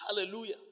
Hallelujah